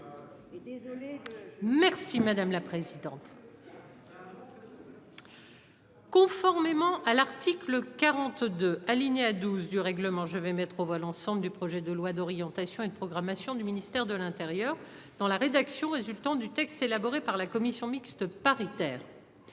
Merci madame la présidente. Conformément à l'article 42 alinéa 12 du règlement, je vais mettre aux voix l'ensemble du projet de loi d'orientation et de programmation du ministère de l'Intérieur dans la rédaction résultant du texte élaboré par la commission mixte paritaire.